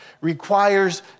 requires